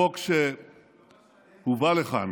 החוק שהובא לכאן